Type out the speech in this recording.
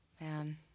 Man